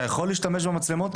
אתה יכול להשתמש במצלמות האלה.